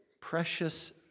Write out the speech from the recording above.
precious